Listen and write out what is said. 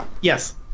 Yes